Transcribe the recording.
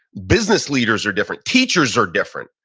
business leaders are different. teachers are different.